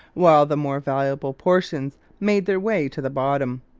while the more valuable portions made their way to the bottom.